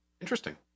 Interesting